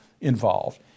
involved